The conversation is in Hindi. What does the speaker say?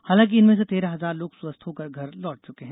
हालांकि इनमें से तेरह हजार लोग स्वस्थ होकर घर लौट चुके हैं